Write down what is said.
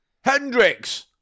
Hendrix